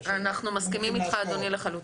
להשקעות -- אנחנו מסכימים איתך לחלוטין.